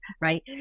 right